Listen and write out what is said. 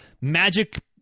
magic